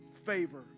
favor